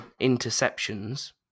interceptions